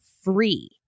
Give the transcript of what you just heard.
free